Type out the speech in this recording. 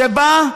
שבה,